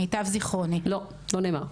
לא נאמר.